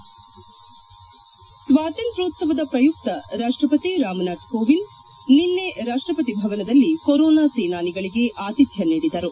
ಸಂಗೀತ ಸ್ವಾತಂತ್ರ್ಯೋತ್ಸವದ ಪ್ರಯುಕ್ತ ರಾಷ್ಷಪತಿ ರಾಮನಾಥ್ ಕೋವಿಂದ್ ನಿನ್ನೆ ರಾಷ್ಷಪತಿ ಭವನದಲ್ಲಿ ಕೊರೊನಾ ಸೇನಾನಿಗಳಿಗೆ ಆತಿಥ್ಞ ನೀಡಿದರು